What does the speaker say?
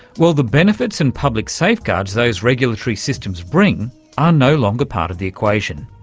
well, the benefits and public safeguards those regulatory systems bring are no longer part of the equation.